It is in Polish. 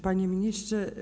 Panie Ministrze!